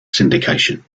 syndication